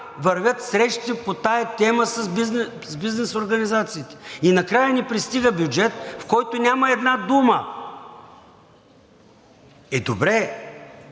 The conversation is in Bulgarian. вървят срещи по тази тема с бизнес организациите и накрая ни пристига бюджет, в който няма една дума. Е, добре,